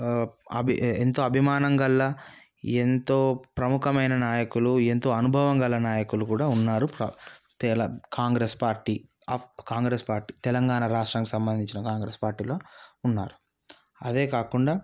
ఎంతో అభిమానం గల ఎంతో ప్రముఖమైన నాయకులు ఎంతో అనుభవం గల నాయకులు కూడా ఉన్నారు కా తే Congress party of Congress party తెలంగాణకి సంబంధించిన కాంగ్రెస్ పార్టీలో ఉన్నారు అదే కాకుండా